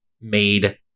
made